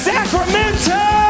Sacramento